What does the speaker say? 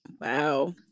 Wow